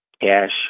cash